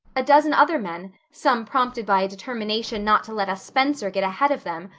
a dozen other men, some prompted by a determination not to let a spencer get ahead of them,